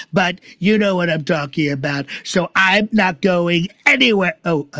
but you know what a donkey about. so i'm not going anywhere. oh, ah